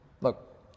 Look